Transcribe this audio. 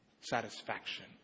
satisfaction